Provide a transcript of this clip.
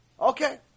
Okay